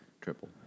triple